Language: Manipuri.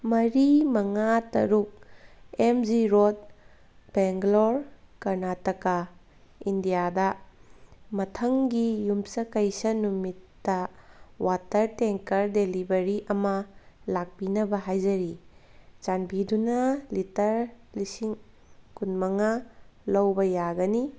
ꯃꯔꯤ ꯃꯉꯥ ꯇꯔꯨꯛ M G road Bangalore Karnataka ꯏꯟꯗꯤꯌꯥꯗ ꯃꯊꯪꯒꯤ ꯌꯨꯝꯁꯀꯩꯁ ꯅꯨꯃꯤꯠꯇ ꯋꯥꯇꯔ ꯇꯦꯡꯀꯔ ꯗꯤꯂꯤꯕꯔꯤ ꯑꯃ ꯂꯥꯛꯄꯤꯅꯕ ꯍꯥꯏꯖꯔꯤ ꯆꯥꯟꯕꯤꯗꯨꯅ ꯂꯤꯇꯔ ꯂꯤꯁꯤꯡ ꯀꯨꯟꯃꯉꯥ ꯂꯧꯕ ꯌꯥꯒꯅꯤ